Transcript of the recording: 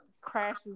crashes